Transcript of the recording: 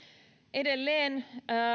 edelleen